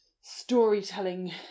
storytelling